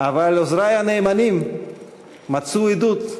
אבל עוזרי הנאמנים מצאו עדות,